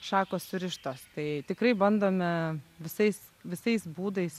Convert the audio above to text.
šakos surištos tai tikrai bandome visais visais būdais